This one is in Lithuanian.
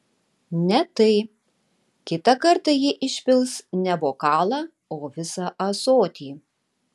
ne tai kitą kartą ji išpils ne bokalą o visą ąsotį